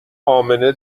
امنه